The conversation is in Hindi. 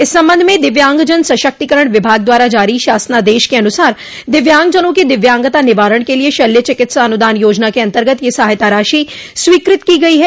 इस संबंध में दिव्यांगजन सशक्तीकरण विभाग द्वारा जारी शासनादेश के अनुसार दिव्यांगजनों की दिव्यांगता निवारण के लिए शल्य चिकित्सा अनुदान योजना के अन्तर्गत यह सहायता राशि स्वीकृत की गई है